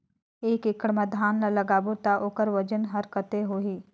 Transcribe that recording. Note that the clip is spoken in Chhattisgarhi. एक एकड़ मा धान ला लगाबो ता ओकर वजन हर कते होही?